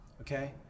okay